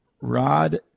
rod